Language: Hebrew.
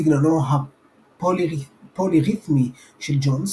סגנונו הפוליריתמי של ג'ונס,